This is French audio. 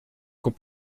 qu’on